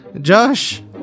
Josh